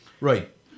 Right